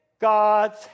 God's